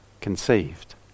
conceived